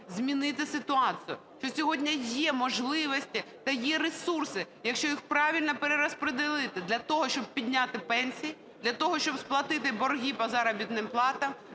змінити ситуацію, що сьогодні є можливості та є ресурси, якщо їх правильно перерозподілити для того, щоб підняти пенсії, для того, щоб сплатити борги по заробітним платам,